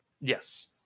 Yes